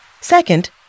Second